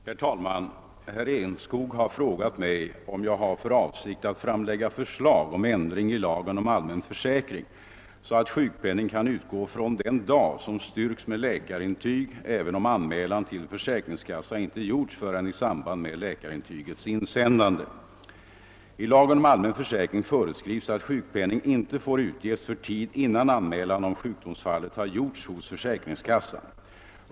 Herr talman! Herr Enskog har frågat mig om jag har för avsikt att framlägga förslag om ändring i lagen om allmän försäkring så att sjukpenning kan utgå från den dag som styrks med läkarintyg även om anmälan till försäkringskassa inte gjorts förrän i samband med läkarintygets insändande. I lagen om allmän försäkring föreskrivs att sjukpenning inte får utges för tid innan anmälan om sjukdomsfallet har gjorts hos försäkringskassan.